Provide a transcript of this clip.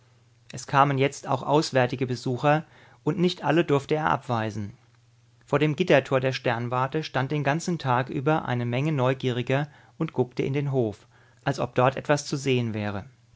es kamen jetzt auch auswärtige besucher und nicht alle durfte er abweisen vor dem gittertor der sternwarte stand den ganzen tag über eine menge neugieriger und guckte in den hof als ob dort etwas zu sehen wäre